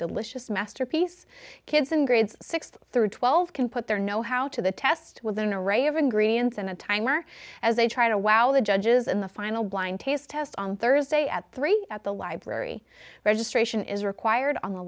delicious masterpiece kids in grades six through twelve can put their know how to the test with an array of ingredients and a timer as they try to wow the judges in the final blind taste test on thursday at three at the library registration is required on the